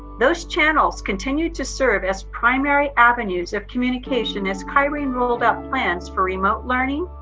those channels continue to serve as primary avenues of communication as kyrene rolled out plans for remote learning,